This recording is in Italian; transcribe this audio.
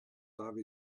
dava